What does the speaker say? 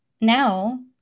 Now